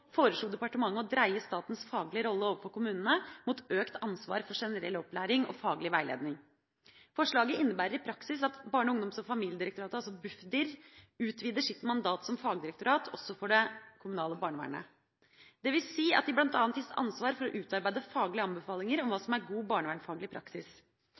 foreslo departementet å dreie statens faglige rolle overfor kommunene mot økt ansvar for generell opplæring og faglig veiledning. Forslaget innebærer i praksis at Barne-, ungdoms- og familiedirektoratet – altså Bufdir – utvider sitt mandat som fagdirektorat også for det kommunale barnevernet, dvs. at de bl.a. gis ansvar for å utarbeide faglige anbefalinger om hva som er god barnevernfaglig praksis.